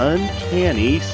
Uncanny